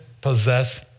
possess